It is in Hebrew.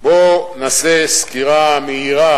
בואו נעשה סקירה מהירה